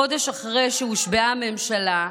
חודש אחרי שהושבעה הממשלה,